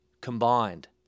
combined